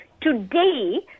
today